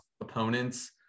opponents